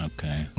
Okay